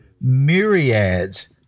myriads